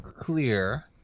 Clear